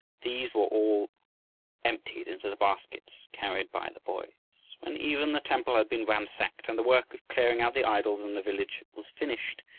these were all emptied into the baskets carried by the boys. when even the temple had been ransacked and the work of clearing out the idols in the village was finished,